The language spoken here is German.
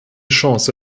chance